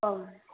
ꯑꯪ